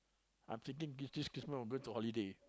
I'm thinking this this Christmas I going to holiday